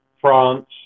France